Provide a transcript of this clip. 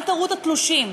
אל תראו את התלושים.